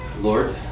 Lord